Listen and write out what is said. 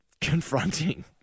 confronting